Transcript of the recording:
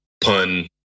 pun